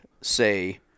say